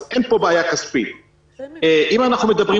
אני לא מבין